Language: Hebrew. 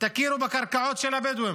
תכירו בקרקעות של הבדואים,